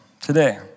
today